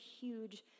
huge